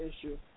issue